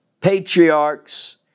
patriarchs